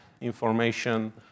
information